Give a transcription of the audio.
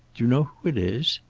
do you know who it is?